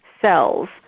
cells